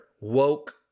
woke